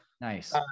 nice